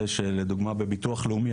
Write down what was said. היא למשל בביטוח הלאומי,